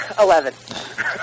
Eleven